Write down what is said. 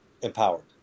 empowered